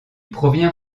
provient